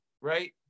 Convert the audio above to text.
Right